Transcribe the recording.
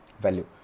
value